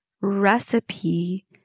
recipe